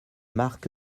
marc